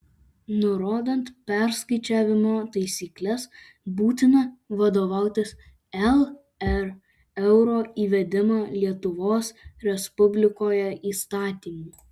nurodant perskaičiavimo taisykles būtina vadovautis lr euro įvedimo lietuvos respublikoje įstatymu